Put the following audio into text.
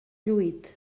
lluït